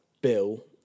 Bill